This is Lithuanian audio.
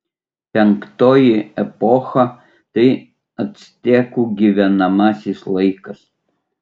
penktoji epocha tai actekų gyvenamasis laikas